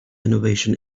innovation